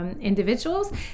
individuals